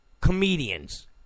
comedians